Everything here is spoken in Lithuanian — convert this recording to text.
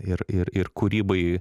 ir ir ir kūrybai